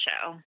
show